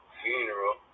funeral